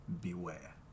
Beware